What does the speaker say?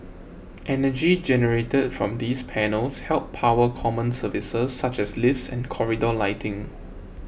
energy generated from these panels helps power common services such as lifts and corridor lighting